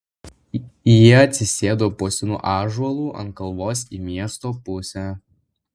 jie atsisėdo po senu ąžuolu ant kalvos į miesto pusę